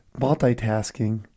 multitasking